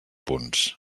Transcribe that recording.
punts